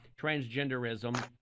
transgenderism